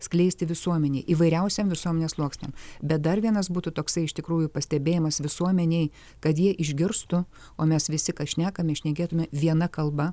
skleisti visuomenei įvairiausiem visuomenės sluoksniam bet dar vienas būtų toksai iš tikrųjų pastebėjimas visuomenei kad jie išgirstų o mes visi ką šnekame šnekėtume viena kalba